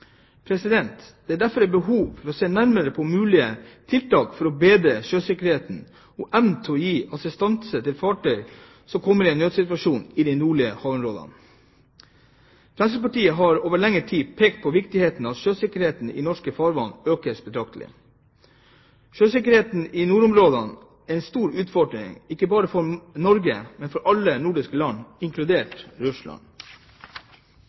Det er derfor behov for å se nærmere på mulige tiltak for å bedre sjøsikkerheten og evnen til å gi assistanse til fartøy som kommer i en nødssituasjon i de nordlige havområdene. Fremskrittspartiet har over lengre tid pekt på viktigheten av at sjøsikkerheten i norske farvann økes betraktelig. Sjøsikkerheten i nordområdene er en stor utfordring, ikke bare for Norge, men for alle nordiske land, inkludert Russland.